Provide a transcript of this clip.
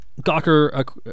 Gawker